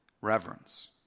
Reverence